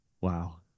Wow